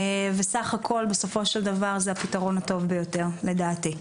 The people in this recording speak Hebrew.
וסך הכול בסופו של דבר זה הפתרון הטוב ביותר לדעתי.